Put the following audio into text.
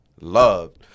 loved